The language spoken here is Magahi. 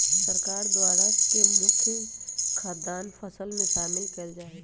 सरकार द्वारा के मुख्य मुख्य खाद्यान्न फसल में शामिल कएल जाइ छइ